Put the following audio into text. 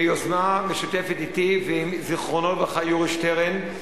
ביוזמה משותפת אתי ועם זיכרונו לברכה יורי שטרן,